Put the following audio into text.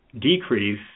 decrease